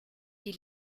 die